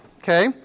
Okay